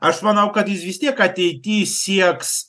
aš manau kad jis vis tiek ateity sieks